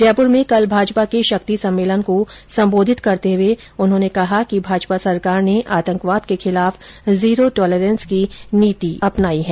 जयपुर में कल भाजपा के शक्ति सम्मेलन को संबोधित करते हुए उन्होंने कहा कि भाजपा सरकार ने आतंकवाद के खिलाफ जीरो टोलरेंस की नीति अपनायी है